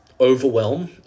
overwhelm